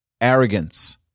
arrogance